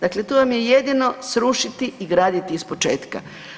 Dakle, tu vam je jedino srušiti i graditi ispočetka.